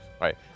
right